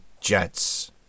Jets